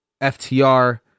FTR